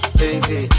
baby